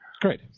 Great